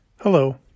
Hello